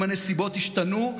אם הנסיבות השתנו,